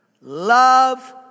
Love